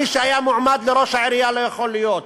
מי שהיה מועמד לראש העירייה לא יכול להיות,